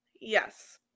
Yes